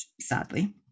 sadly